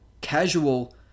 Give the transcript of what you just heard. casual